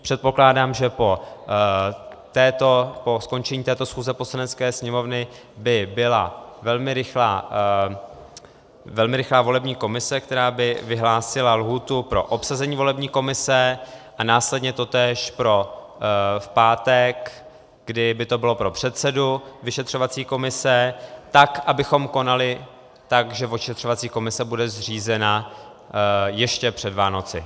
Předpokládám, že po skončení této schůze Poslanecké sněmovny by byla velmi rychlá volební komise, která by vyhlásila lhůtu pro obsazení volební komise, a následně totéž v pátek, kdy by to bylo pro předsedu vyšetřovací komise, abychom konali tak, že vyšetřovací komise bude zřízena ještě před Vánoci.